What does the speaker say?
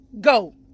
Go